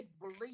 believe